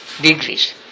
degrees